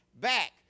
back